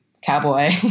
cowboy